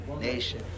nation